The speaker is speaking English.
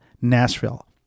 Nashville